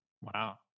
Wow